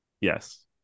Yes